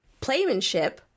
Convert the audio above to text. playmanship